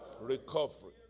Recovery